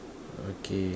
okay